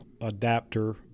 adapter